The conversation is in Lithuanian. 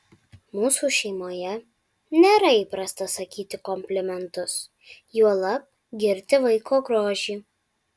mūsų šeimoje nėra įprasta sakyti komplimentus juolab girti vaiko grožį